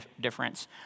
difference